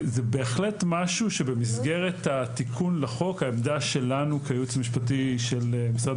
זה בהחלט משהו שבמסגרת התיקון לחוק העמדה שלנו כייעוץ המשפטי של משרד